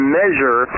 measure